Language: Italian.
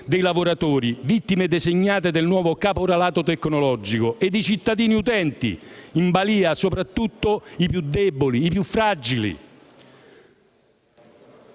dei lavoratori, vittime designate del nuovo caporalato tecnologico, e dei cittadini utenti, in balia, soprattutto i più deboli e i più fragili.